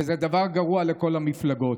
וזה דבר גרוע לכל המפלגות.